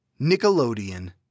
Nickelodeon